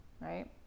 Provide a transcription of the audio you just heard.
Right